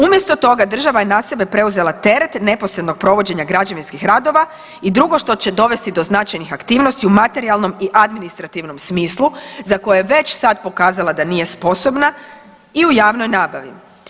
Umjesto toga država je na sebe preuzela teret neposrednog provođenja građevinskih radova i drugo što će dovesti do značajnih aktivnosti u materijalnom i administrativnom smislu za koje je već sad pokazala da nije sposobna i u javnoj nabavi.